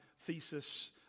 Thesis